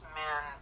men